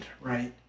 right